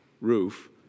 roof